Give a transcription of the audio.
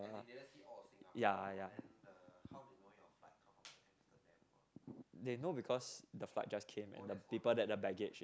ya ya ya they know because the flight just came and then people and the baggage is